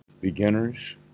beginners